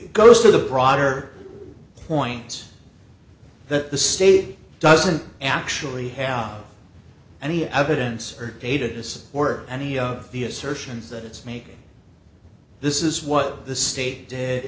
to the broader point that the state doesn't actually have any evidence or data to support any of the assertions that it's make this is what the state did